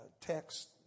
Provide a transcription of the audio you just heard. text